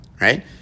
right